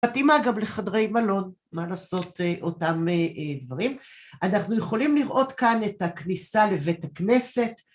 מתאימה גם לחדרי מלון, מה לעשות, אותם דברים. אנחנו יכולים לראות כאן את הכניסה לבית הכנסת.